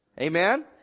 Amen